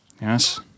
Yes